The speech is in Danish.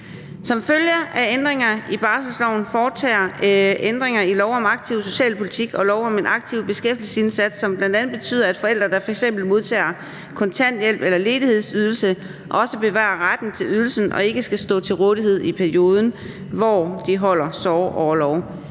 Som følge af ændringer i barselsloven foretages ændringer i lov om aktiv socialpolitik og lov om en aktiv beskæftigelsesindsats, som bl.a. betyder, at forældre, der f.eks. modtager kontanthjælp eller ledighedsydelse, bevarer retten til ydelsen og ikke skal stå til rådighed i perioden, hvor de holder sorgorlov.